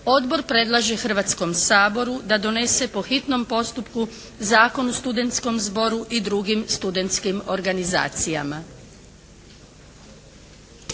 Odbor predlaže Hrvatskom saboru da donese po hitnom postupku Zakon o studentskom zboru i drugim studentskim organizacijama.